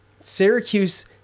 Syracuse